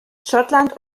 schottland